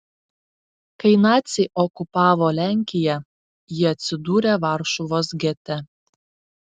kai naciai okupavo lenkiją ji atsidūrė varšuvos gete